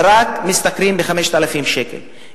והם משתכרים רק 5,000 שקלים,